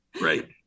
Right